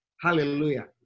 Hallelujah